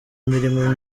imirimo